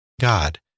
God